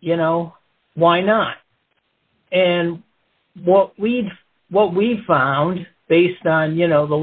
you know why not and what we need what we found based on you know the